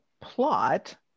plot